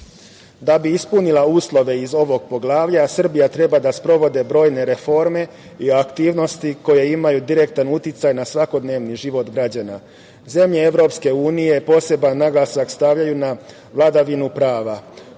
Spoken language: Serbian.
Da bi ispunila uslove iz ovog poglavlja Srbija treba da sprovede brojne reforme i aktivnosti koje imaju direktan uticaj na svakodnevni život građana. Zemlje EU, poseban naglasak stavljaju na vladavinu prava,